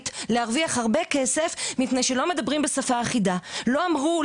להרוויח הרבה כסף מפני שלא מדברים בשפה אחידה: לא אמרו,